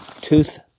Tooth